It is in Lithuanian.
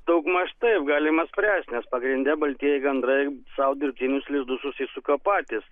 daugmaž taip galima spręsti nes pagrinde baltieji gandrai sau dirbtinius lizdus susisuka patys